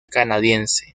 canadiense